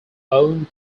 own